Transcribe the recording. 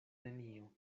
nenio